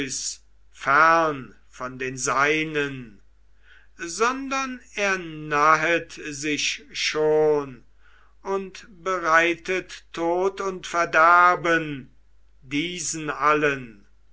fern von den seinen sondern er nahet sich schon und bereitet tod und verderben diesen allen